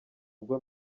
ubwo